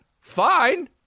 fine